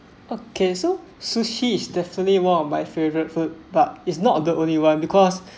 okay so sushi is definitely one of my favourite food but is not the only one because